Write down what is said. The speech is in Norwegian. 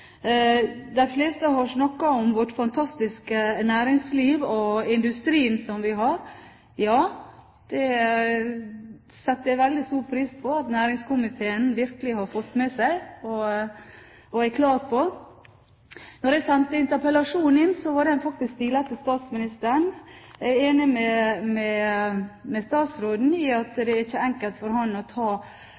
De fleste har snakket om vårt fantastiske næringsliv og industrien som vi har. Ja, det setter jeg veldig stor pris på at næringskomiteen virkelig har fått med seg, og er klar på dette. Da jeg sendte interpellasjonen inn, var den faktisk stilet til statsministeren. Jeg er enig med statsråden i at det ikke er enkelt for ham å ta